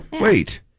Wait